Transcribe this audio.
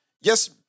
Yes